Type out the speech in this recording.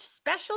special